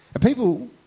People